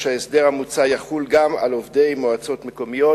שההסדר המוצע יחול גם על עובדי מועצות מקומיות.